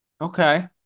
Okay